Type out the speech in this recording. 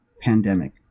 pandemic